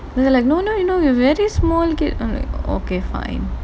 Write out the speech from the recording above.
then they are like no no you are a very small kid and I'm like okay fine